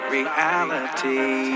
reality